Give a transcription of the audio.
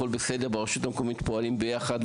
ברשות המקומית פועלים ביחד,